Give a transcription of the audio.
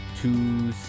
two